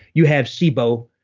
you have sibo,